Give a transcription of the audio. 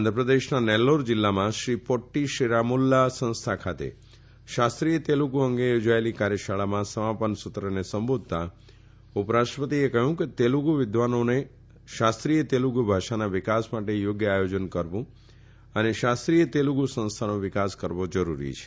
આંધ્રપ્રદેશના નેલૌર જીલ્લામાં શ્રી પોટ્ટી શ્રીરામુલ્લા સંસ્થા ખાતે શાસ્ત્રીય તેલુગુ અંગે યોજાયેલી કાર્યશાળામાં સમાપન સત્રને સંબોધતા ઉપરાષ્ટ્રપતિએ કહયું કે તેલુગુ વિદ્વાવાનોને શાસ્ત્રીય તેલુગુ ભાષાના વિકાસ માટે થોગ્ય આયોજન કરવુ અને શાસ્ત્રીય તેલુગુ સંસ્થાનો વિકાસ કરવો જરૂરી છે